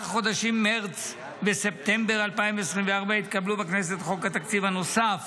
חודשים מרץ וספטמבר 2024 התקבלו בכנסת חוק התקציב הנוסף